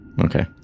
Okay